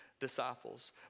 disciples